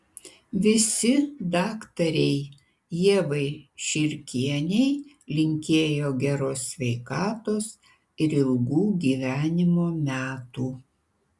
visi daktarei ievai širkienei linkėjo geros sveikatos ir ilgų gyvenimo metų